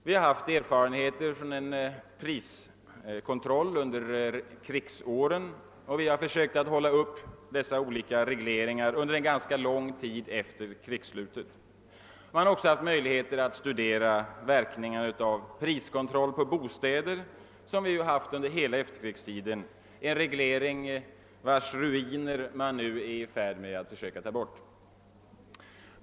Vi har erfarenheter av en priskontroll under krigsåren, och vi försökte upprätthålla dessa olika regleringar under en lång tid efter krigsslutet. Vi har också haft möjlighet att studera verkningarna av priskontroll på bostäder, vilken vi ju haft under hela efterkrigstiden, en reglering vars ruiner man nu är i färd med att försöka ta bort.